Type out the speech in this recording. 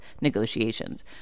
negotiations